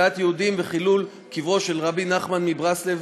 הכאת יהודים וחילול קברו של רבי נחמן מברסלב